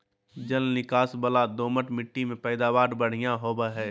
जल निकास वला दोमट मिट्टी में पैदावार बढ़िया होवई हई